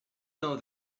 know